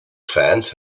fans